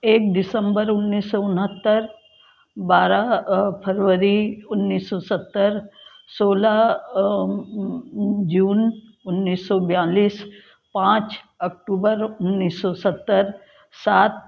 एक दिसंबर उन्नीस सौ उनहत्तर बारह फरवरी उन्नीस सौ सत्तर सोलह जून उन्नीस सौ बयालिस पाँच अक्टूबर उन्नीस सौ सत्तर सात